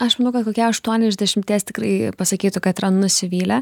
aš manau kad kokie aštuoni iš dešimties tikrai pasakytų kad yra nusivylę